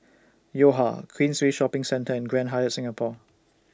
Yo Ha Queensway Shopping Centre and Grand Hyatt Singapore